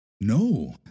No